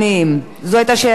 זו היתה שאלתך גם?